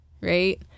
Right